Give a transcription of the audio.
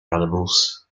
animals